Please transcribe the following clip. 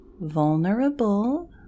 vulnerable